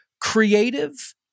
creative